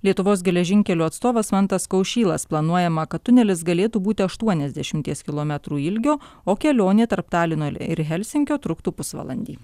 lietuvos geležinkelių atstovas mantas kaušylas planuojama kad tunelis galėtų būti aštuoniasdešimties kilometrų ilgio o kelionė tarp talino ir helsinkio truktų pusvalandį